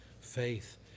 faith